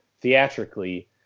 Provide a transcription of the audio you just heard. Theatrically